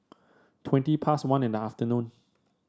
twenty past one in the afternoon